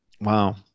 Wow